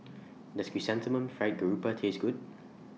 Does Chrysanthemum Fried Garoupa Taste Good